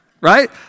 right